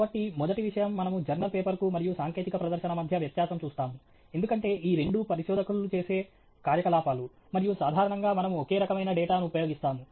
కాబట్టి మొదటి విషయం మనము జర్నల్ పేపర్కు మరియు సాంకేతిక ప్రదర్శన మధ్య వ్యత్యాసం చూస్తాము ఎందుకంటే ఈ రెండూ పరిశోధకులు చేసే కార్యకలాపాలు మరియు సాధారణంగా మనము ఒకే రకమైన డేటాను ఉపయోగిస్తాము